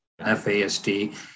FASD